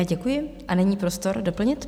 Děkuji, a nyní je prostor doplnit.